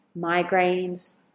migraines